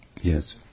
Yes